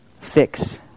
fix